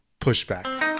Pushback